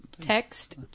text